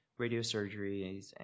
radiosurgeries